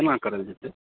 केना करल जेतै